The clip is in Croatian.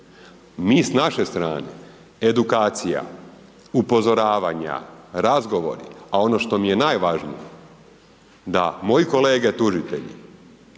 mi s naše strane edukacija upozoravanja, razgovori, a ono što mi je najvažnije da moji kolege tužitelji